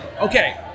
okay